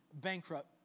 bankrupt